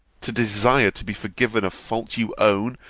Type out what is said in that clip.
to desire to be forgiven a fault you own,